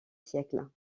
siècles